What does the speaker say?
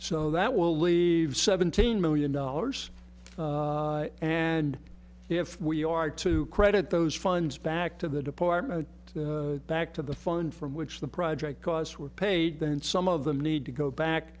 so that will leave seventeen million dollars and if we are to credit those funds back to the department back to the fund from which the project costs were paid then some of them need to go back